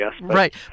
Right